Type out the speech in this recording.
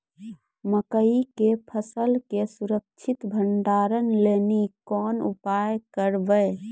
मकई के फसल के सुरक्षित भंडारण लेली कोंन उपाय करबै?